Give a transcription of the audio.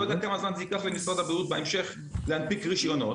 אני לא יודע כמה זמן זה ייקח למשרד הבריאות בהמשך להנפיק רשיונות,